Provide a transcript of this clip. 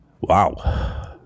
Wow